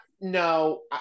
No